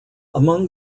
among